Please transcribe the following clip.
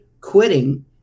quitting